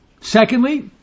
Secondly